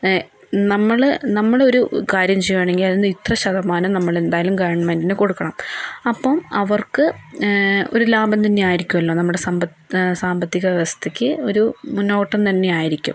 നമ്മള് നമ്മളൊരു കാര്യം ചെയ്യുവാണെങ്കിൽ അതിൻ്റെ ഇത്ര ശതമാനം നമ്മളെന്തായാലും ഗവൺമെൻറ്റിന് കൊടുക്കണം അപ്പം അവർക്ക് ഒരു ലാഭം തന്നെ ആയിരിക്കുമല്ലോ സമ്പത് സാമ്പത്തിക വ്യവസ്ഥയ്ക്ക് ഒരു മുന്നോട്ടം തന്നെയായിരിക്കും